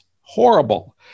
horrible